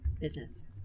business